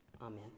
Amen